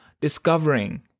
discovering